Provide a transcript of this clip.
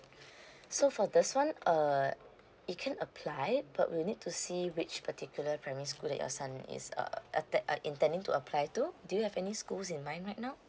so for this one err you can apply but we'll need to see which particular primary school that your son is uh attend uh intending to apply to do you have any schools in mind right now